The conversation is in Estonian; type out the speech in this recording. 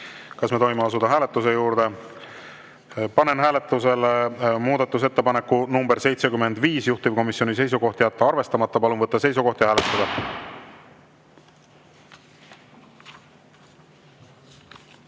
Kas me tohime asuda hääletuse juurde? Panen hääletusele muudatusettepaneku nr 75, juhtivkomisjoni seisukoht on jätta arvestamata. Palun võtta seisukoht ja hääletada!